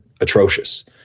atrocious